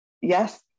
Yes